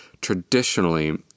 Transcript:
traditionally